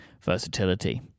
Versatility